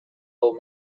old